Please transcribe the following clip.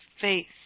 faith